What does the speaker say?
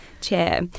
chair